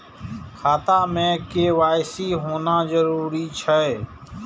खाता में के.वाई.सी होना जरूरी छै?